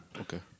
okay